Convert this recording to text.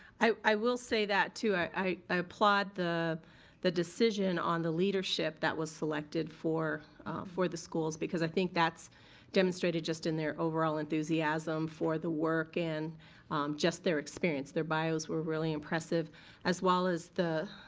i i will say that too. i i ah applaud the the decision on the leadership that was selected for for the schools because i think that's demonstrated just in their overall enthusiasm for the work and just their experience. their bios were really impressive as well as the,